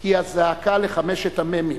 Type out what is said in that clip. היא הזעקה לחמשת המ"מים.